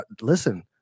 Listen